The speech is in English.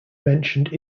mentioned